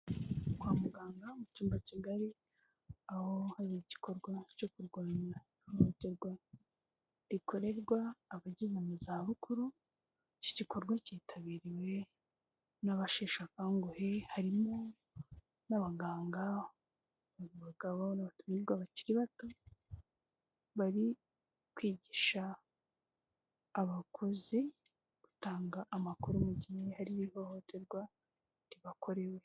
Kwa muganga mu cyumba kigari aho hari igikorwa cyo kurwanya ihohoterwa rikorerwa abageze mu zabukuru, iki gikorwa cyitabiriwe n'abasheshe akanguhe harimo n'abaganga, abagabo n'abatumirwa bakiri bato, bari kwigisha abakozi gutanga amakuru mu gihe hari ihohoterwa ribakorewe.